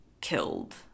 killed